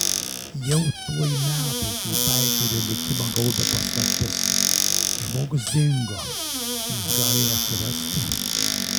jau tuoj metai kai baikerio likimą gaubia paslaptis žmogus dingo jis gali ir atsirasti